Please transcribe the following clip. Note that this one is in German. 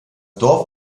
dorf